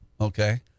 Okay